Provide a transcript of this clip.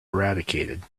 eradicated